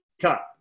cut